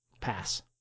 Pass